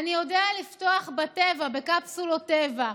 אני יודע לפתוח בטבע, בקפסולות טבע.